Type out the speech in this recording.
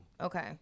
Okay